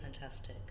fantastic